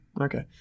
Okay